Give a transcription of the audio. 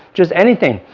just anything